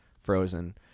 frozen